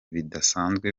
bidasanzwe